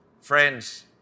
Friends